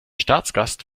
staatsgast